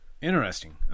Interesting